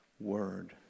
Word